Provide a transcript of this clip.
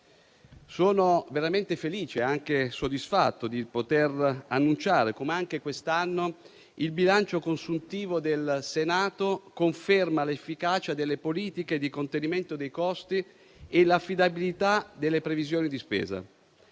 Sono veramente felice e soddisfatto di poter annunciare che, anche quest'anno, il bilancio consuntivo del Senato conferma l'efficacia delle politiche di contenimento dei costi e l'affidabilità delle previsioni di spesa.